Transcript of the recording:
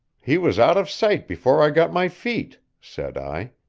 he was out of sight before i got my feet, said i.